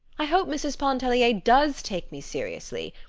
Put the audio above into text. i hope mrs. pontellier does take me seriously.